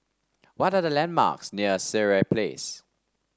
what are the landmarks near Sireh Place